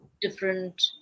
different